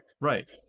Right